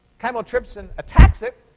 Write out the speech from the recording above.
chymotrypsin attacks it,